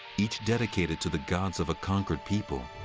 each dedicated to the gods of a conquered people.